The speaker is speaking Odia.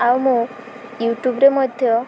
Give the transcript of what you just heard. ଆଉ ମୁଁ ୟୁଟ୍ୟୁବରେ ମଧ୍ୟ